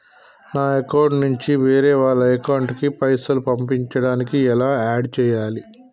నా అకౌంట్ నుంచి వేరే వాళ్ల అకౌంట్ కి పైసలు పంపించడానికి ఎలా ఆడ్ చేయాలి?